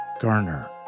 Garner